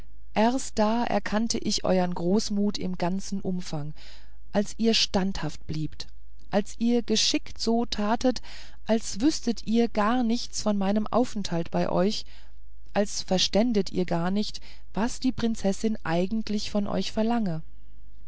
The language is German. erst da erkannte ich eure großmut im ganzen umfange als ihr standhaft bliebt als ihr geschickt so tatet als wüßtet ihr gar nichts von meinem aufenthalt bei euch als verständet ihr gar nicht was die prinzessin eigentlich von euch verlange